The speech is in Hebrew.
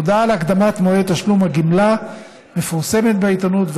הודעה על הקדמת מועד תשלום הגמלה מפורסמת בעיתונות,